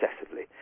excessively